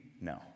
No